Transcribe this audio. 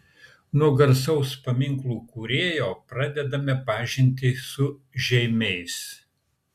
nuo garsaus paminklų kūrėjo pradedame pažintį su žeimiais